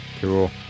Cool